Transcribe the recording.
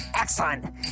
Excellent